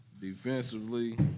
Defensively